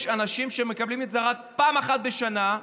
יש אנשים שמקבלים את זה רק פעם אחת בשנה,